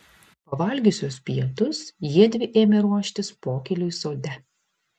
pavalgiusios pietus jiedvi ėmė ruoštis pokyliui sode